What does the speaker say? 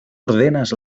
ordenas